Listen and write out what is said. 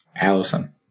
Allison